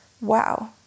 Wow